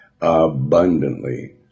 abundantly